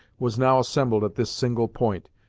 was now assembled at this single point,